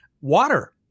water